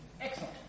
Excellent